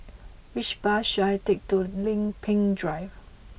which bus should I take to Lempeng Drive